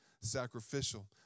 sacrificial